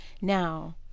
Now